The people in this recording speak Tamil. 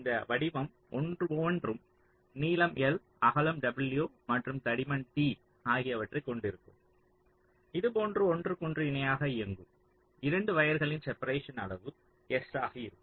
இந்த வடிவம் ஒவ்வொன்றும் நீளம் l அகலம் w மற்றும் தடிமன் t ஆகியவற்றைக் கொண்டிருக்கும் இதுபோன்று ஒன்றுக்கொன்று இணையாக இயங்கும் 2 வயர்களின் செப்பரேஷன் அளவு s ஆக இருக்கும்